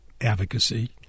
advocacy